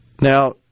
now